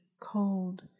cold